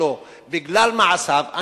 בגלל מעשיו,